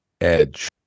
edge